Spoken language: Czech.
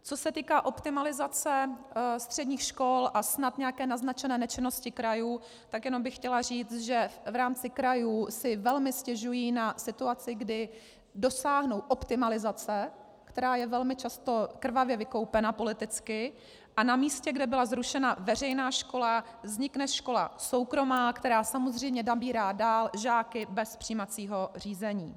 Co se týká optimalizace středních škol a snad nějaké naznačené nečinnosti krajů, tak jenom bych chtěla říct, že v rámci krajů si velmi stěžují na situaci, kdy dosáhnou optimalizace, která je velmi často krvavě vykoupena politicky, a na místě, kde byla zrušena veřejná škola, vznikne škola soukromá, která samozřejmě nabírá dál žáky bez přijímacího řízení.